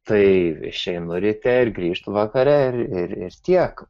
tai išeinu ryte ir grįžtu vakare ir ir tiek